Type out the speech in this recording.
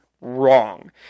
wrong